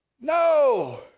No